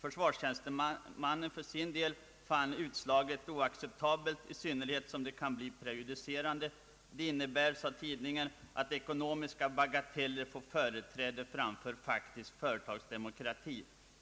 Försvarstjänstemannen fann för sin del JO:s utslag oacceptabelt, i synnerhet som det kan bli prejudicerande. Det innebär, ansåg tidningen, »att ekonomiska bagateller får företräde framför faktisk företagsdemokrati.